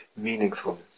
meaningfulness